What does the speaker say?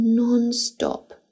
nonstop